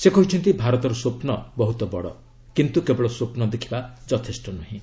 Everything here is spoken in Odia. ସେ କହିଛନ୍ତି ଭାରତର ସ୍ୱପ୍ନ ବହୁତ ବଡ଼ କିନ୍ତୁ କେବଳ ସ୍ୱପ୍ନ ଦେଖିବା ଯଥେଷ୍ଟ ନୁହେଁ